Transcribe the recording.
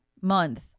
month